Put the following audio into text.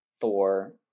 Thor